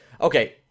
Okay